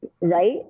right